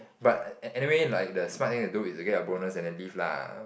but an~ anyway like the smart thing to do is to get your bonus and then leave lah